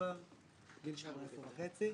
גיל 18 וחצי.